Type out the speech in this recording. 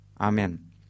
amen